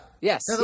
Yes